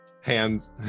Hands